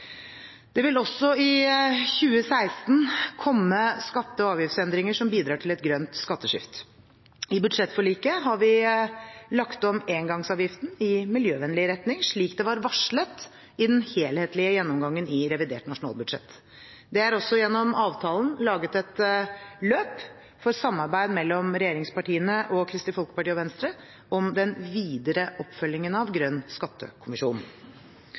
Det vil også i 2016 komme skatte- og avgiftsendringer som bidrar til et grønt skatteskifte. I budsjettforliket har vi lagt om engangsavgiften i miljøvennlig retning, slik det var varslet i den helhetlige gjennomgangen i revidert nasjonalbudsjett. Det er også gjennom avtalen laget et løp for samarbeid mellom regjeringspartiene og Kristelig Folkeparti og Venstre om den videre oppfølgingen av grønn skattekommisjon.